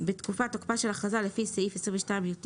בתקופת תוקפה של הכרזה לפי סעיף 22יט